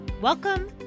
Welcome